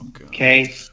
Okay